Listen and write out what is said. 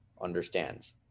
understands